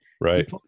Right